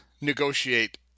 negotiate